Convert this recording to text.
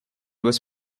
was